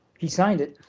he signed it.